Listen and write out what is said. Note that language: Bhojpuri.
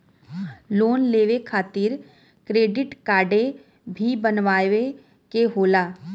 लोन लेवे खातिर क्रेडिट काडे भी बनवावे के होला?